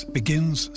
begins